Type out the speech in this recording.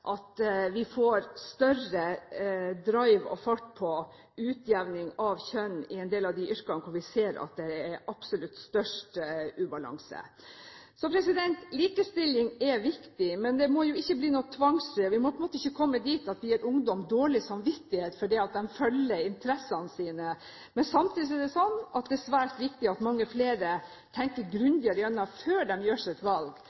at vi får større drive og fart på utjevning av kjønnsbalansen i en del av de yrkene hvor vi ser at det absolutt er størst ubalanse. Likestilling er viktig, men det må ikke bli noen tvangstrøye. Vi må på en måte ikke komme dit at vi gir ungdom dårlig samvittighet fordi de følger interessene sine. Men samtidig er det sånn at det er svært viktig at mange flere tenker seg grundigere om før de gjør sitt valg.